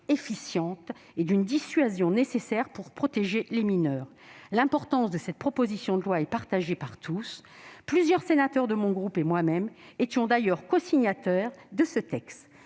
efficiente et d'une dissuasion nécessaire pour protéger les mineurs. L'importance de cette proposition de loi est reconnue de tous ; plusieurs sénateurs de mon groupe et moi-même étions d'ailleurs cosignataires de ce texte.